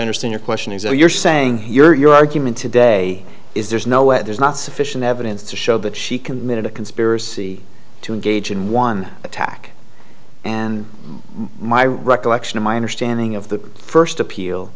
understand your question is that you're saying you're your argument today is there's no way there's not sufficient evidence to show that she committed a conspiracy to engage in one attack and my recollection of my understanding of the first appeal